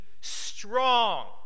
strong